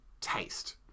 taste